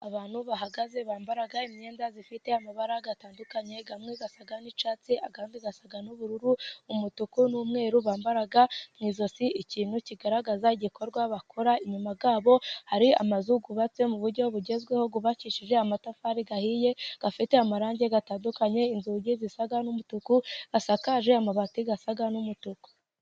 Abantu bahagaze bambara imyenda ifite amabara atandukanye, amwe asa n'icyatsi, andi asa n'ubururu, umutuku, n'umweru. Bambara mu ijosi ikintu kigaragaza igikorwa bakora. Inyuma yabo hari amazu yubatse mu buryo bugezweho yubakishije amatafari ahiye afite amarangi atandukanye, inzugi zisa n'umutuku, asakaje amabati asa n'umutuku.